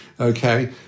Okay